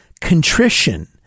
Contrition